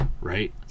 right